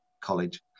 college